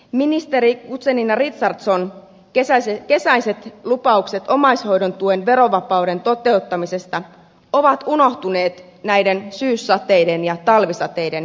ministeri guzenina ric hardson kesäiset lupaukset omaishoidon tuen verovapauden toteuttamisesta ovat unohtuneet näiden syyssateiden ja talvisateiden myötä